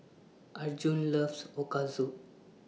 Arjun loves Ochazuke